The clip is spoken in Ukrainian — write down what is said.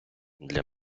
для